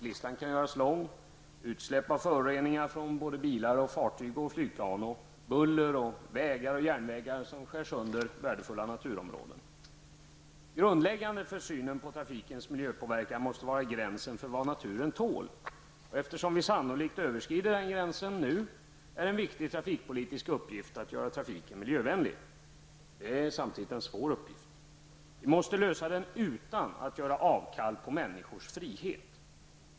Listan kan göras lång: utsläpp av föroreningar från både bilar och fartyg och flygplan, buller och vägar och järnvägar som skär sönder värdefulla naturområden. Grundläggande för synen på trafikens miljöpåverkan måste vara gränsen för vad naturen tål. Eftersom vi sannolikt överskrider den gränsen nu är en viktig trafikpolitisk uppgift att göra trafiken miljövänlig. Det är samtidigt en svår uppgift. Vi måste lösa den utan att göra avkall på människors frihet.